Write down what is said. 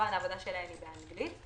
שהעבודה שלהן באנגלית.